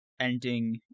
ending